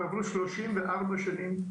עברו כבר 34 שנים,